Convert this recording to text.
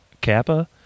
Kappa